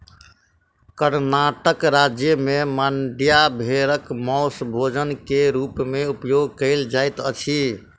कर्णाटक राज्य में मांड्या भेड़क मौस भोजन के रूप में उपयोग कयल जाइत अछि